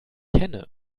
kenne